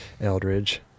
Eldridge